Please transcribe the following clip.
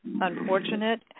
unfortunate